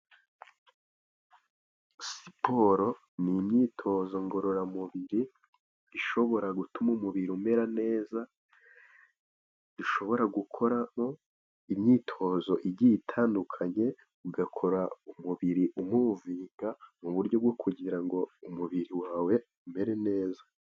Siporo ni imyitozo ngororamubiri, ishobora gutuma umubiri umera neza bushobora gukoramo imyitozo igiye itandukanye .Ugakora umubiri umuviga, muburyo bwo kugira ngo umubiri wawe, umere neza.